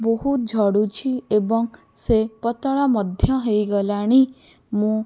ବହୁତ ଝଡ଼ୁଛି ଏବଂ ସେ ପତଳା ମଧ୍ୟ ହେଇଗଲାଣି ମୁଁ